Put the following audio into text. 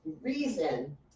reason